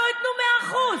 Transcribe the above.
למה שלא ייתנו 100%?